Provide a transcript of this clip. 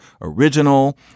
original